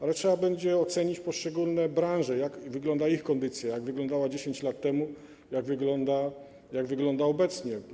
Ale trzeba będzie ocenić poszczególne branże: jak wygląda ich kondycja, jak wyglądała 10 lat temu i jak wygląda obecnie.